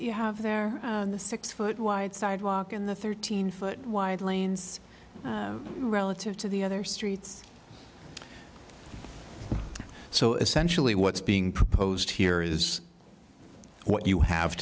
you have there the six foot wide sidewalk in the thirteen foot wide lanes relative to the other streets so essentially what's being proposed here is what you have